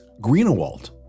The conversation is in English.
Greenewald